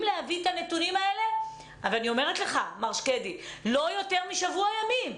להביא את הנתונים האלה תוך לא יותר משבוע ימים,